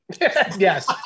Yes